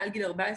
מעיל גיל 14